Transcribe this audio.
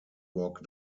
walk